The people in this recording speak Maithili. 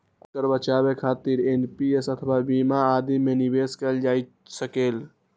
आयकर बचाबै खातिर एन.पी.एस अथवा बीमा आदि मे निवेश कैल जा सकैए